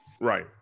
Right